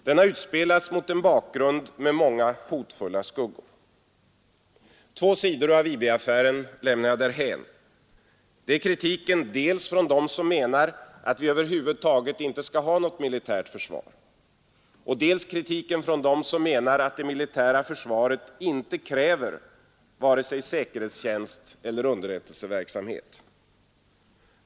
Den har utspelats mot en bakgrund med många hotfulla skuggor. Två sidor av IB-affären lämnar jag därhän. Det är kritiken dels från dem som menar att vi över huvud taget inte skall ha något militärt försvar, dels från dem som menar att det militära försvaret inte kräver vare sig säkerhetstjänst eller underrättelseverksamhet.